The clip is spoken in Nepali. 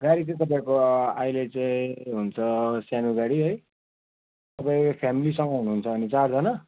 गाडी चाहिँ तपाईँको अहिले चाहिँ हुन्छ सानो गाडी है तपाईँ फेमिलीसँग हुनुहुन्छ भने चारजना